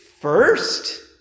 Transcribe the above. first